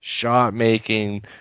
shot-making